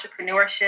entrepreneurship